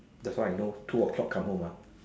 that's why I know two o-clock come home mah